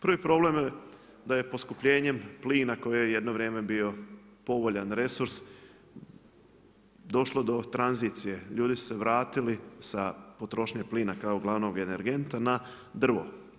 Prvi problem je da je poskupljenjem plina koji je jedno vrijeme bio povoljan resurs došlo do tranzicije, ljudi su se vratili sa potrošnje plina kao glavnog energenta na drvo.